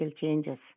changes